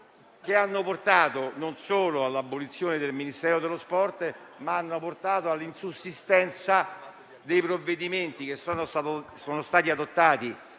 che hanno portato non solo all'abolizione del Ministero dello sport, ma anche all'insussistenza dei provvedimenti adottati